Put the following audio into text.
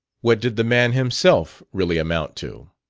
what did the man himself really amount to?